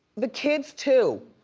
the kids too.